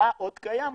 מה עוד קיים?